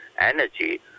energy